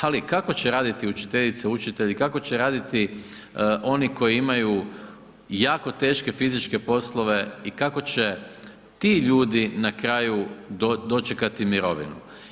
Ali, kako će raditi učiteljica, učitelji, kako će raditi oni koji imaju jako teške fizičke poslove i kako će ti ljudi na kraju dočekati mirovinu.